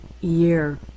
year